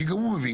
כי גם הוא מבין,